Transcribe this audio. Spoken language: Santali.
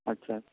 ᱟᱪᱪᱷᱟ